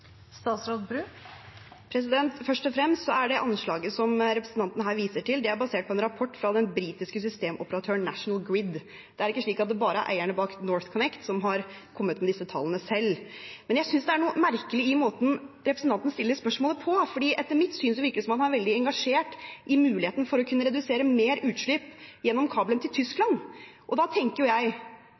Først og fremst er det anslaget representanten her viser til, basert på en rapport fra den britiske systemoperatøren National Grid. Det er ikke slik at det bare er eierne bak NorthConnect som har kommet med disse tallene selv. Jeg synes det er noe merkelig i måten representanten stiller spørsmålet på, for etter mitt syn virker det som han er veldig engasjert i muligheten for å kunne redusere mer utslipp gjennom kabelen til Tyskland, og da tenker jo jeg: